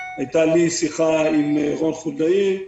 הייתה לי שיחה עם רון חולדאי.